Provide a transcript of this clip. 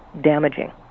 damaging